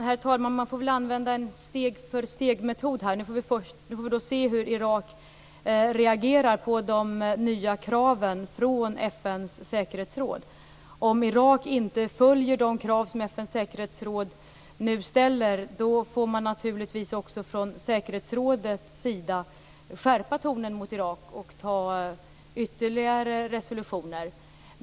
Herr talman! Man får väl använda en steg-försteg-metod. Nu får vi först se hur Irak reagerar på de nya kraven från FN:s säkerhetsråd. Om Irak inte följer de krav som FN:s säkerhetsråd nu ställer, då får man naturligtvis också från säkerhetsrådets sida skärpa tonen mot Irak och anta ytterligare resolutioner.